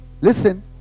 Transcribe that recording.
listen